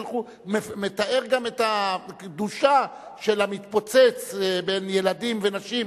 מתאר גם את הקדושה של המתפוצץ בין ילדים ונשים,